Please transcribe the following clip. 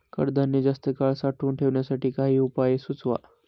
कडधान्य जास्त काळ साठवून ठेवण्यासाठी काही उपाय सुचवा?